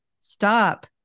stop